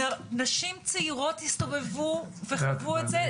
נשים צעירות הסתובבו וחוו את זה,